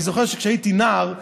אני זוכר שכשהייתי נער,